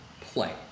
play